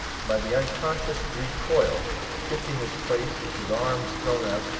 by the unconscious recoil, shifting his place, with arms thrown up,